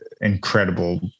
incredible